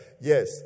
yes